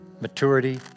maturity